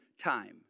time